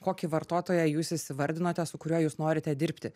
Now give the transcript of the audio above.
kokį vartotoją jūs įsivardinote su kuriuo jūs norite dirbti